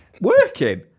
working